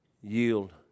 yield